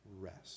rest